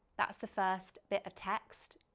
that's the first bit of text.